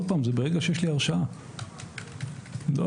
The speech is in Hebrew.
עוד פעם, זה ברגע שיש לי הרשאה.